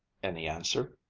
any answer?